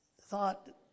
thought